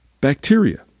bacteria